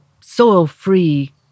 soil-free